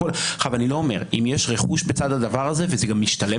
אם יש רכוש בצד הדבר הזה וזה גם משתלם